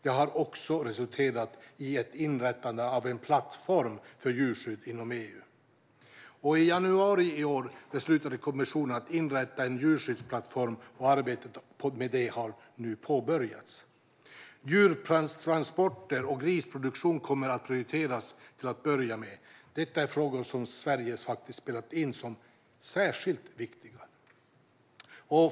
Det har också resulterat i ett inrättande av en plattform för djurskydd inom EU. I januari i år beslutade kommissionen att inrätta en djurskyddsplattform, och det arbetet har nu påbörjats. Till att börja med kommer djurtransporter och grisproduktion att prioriteras. Detta är frågor som Sverige har fört fram som särskilt viktiga.